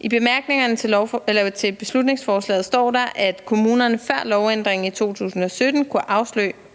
I bemærkningerne til beslutningsforslaget står der, at kommunerne før lovændringen i 2017 kunne afslå